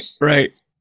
right